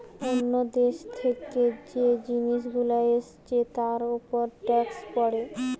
অন্য দেশ থেকে যে জিনিস গুলো এসছে তার উপর ট্যাক্স পড়ে